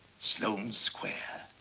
sloane square.